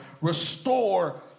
Restore